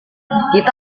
kita